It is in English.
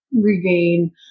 regain